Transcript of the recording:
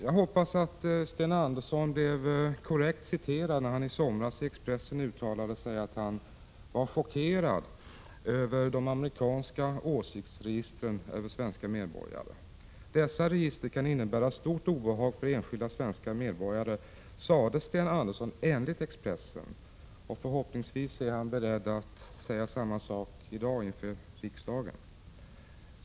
Jag hoppas att Sten Andersson blev korrekt citerad när han i somras i Expressen uttalade att han var chockerad över de amerikanska åsiktsregistren över svenska medborgare. Dessa register kan innebära stort obehag för enskilda svenska medborgare, sade Sten Andersson enligt Expressen. Förhoppningsvis är han beredd att i dag säga samma sak inför riksdagen.